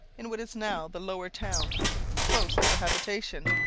in what is now the lower town close to the habitation,